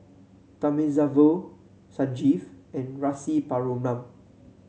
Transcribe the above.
Thamizhavel Sanjeev and Rasipuram